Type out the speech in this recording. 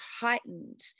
heightened